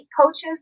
coaches